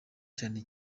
cyane